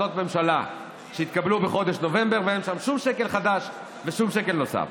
ממשלה שהתקבלו בחודש נובמבר ואין שם שום שקל חדש ושום שקל נוסף.